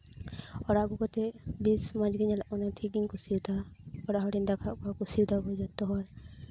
ᱚᱲᱟᱜ ᱟᱹᱜᱩ ᱠᱟᱛᱮᱫ ᱵᱮᱥ ᱢᱚᱸᱡ ᱜᱮ ᱧᱮᱞᱚᱜ ᱠᱟᱱᱟ ᱴᱷᱤᱠ ᱜᱮᱧ ᱠᱩᱥᱤ ᱟᱫᱟ ᱚᱲᱟᱜ ᱤᱧ ᱫᱮᱠᱷᱟᱣ ᱟᱫ ᱠᱚᱣᱟ ᱠᱩᱥᱤᱭᱟᱫᱟ ᱠᱚ ᱡᱚᱛᱚ ᱦᱚᱲ